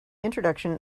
introduction